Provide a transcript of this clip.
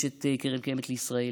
יש את הקרן הקיימת לישראל,